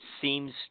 seems